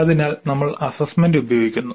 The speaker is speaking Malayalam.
അതിനാൽ നമ്മൾ അസ്സസ്സ്മെന്റ് ഉപയോഗിക്കുന്നു